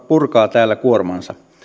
purkaa täällä kuormansa